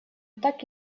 так